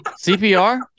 CPR